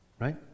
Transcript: right